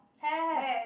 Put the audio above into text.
have have have